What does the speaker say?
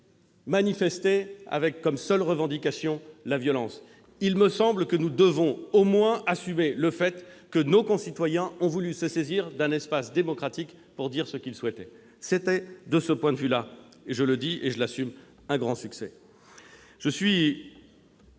manifester avec pour seule revendication la violence. Il me semble que nous devons à tout le moins assumer le fait que nos concitoyens ont voulu se saisir d'un espace démocratique pour dire ce qu'ils souhaitaient. Cela a été, de ce point de vue- je le dis et je l'assume -, un grand succès. Je suis